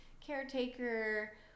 caretaker